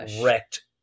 wrecked